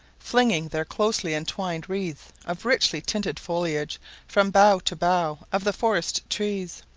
flinging their closely-entwined wreaths of richly tinted foliage from bough to bough of the forest trees,